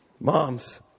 Moms